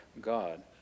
God